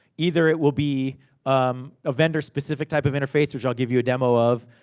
either it will be um a vendor-specific type of interface, which i'll give you a demo of,